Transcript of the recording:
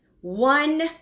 one